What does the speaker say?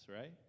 right